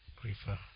prefer